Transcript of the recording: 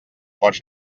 pots